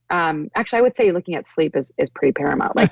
um actually i would say looking at sleep is is pretty paramount. like